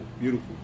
beautiful